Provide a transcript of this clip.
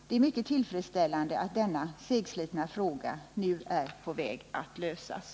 Det är mycket tillfredställande att denna segslitna fråga nu är på väg att lösas.